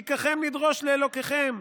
כי ככם נדרוש לאלהיכם,